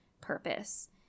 purpose